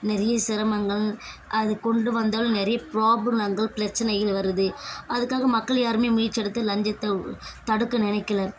நிறைய சிரமங்கள் அது கொண்டு வந்தாலும் நிறைய ப்ராப்ளங்கள் பிரச்சனைகள் வருது அதுக்காக மக்கள் யாருமே முயற்சி எடுத்து லஞ்சத்தை தடுக்க நினைக்கல